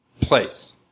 place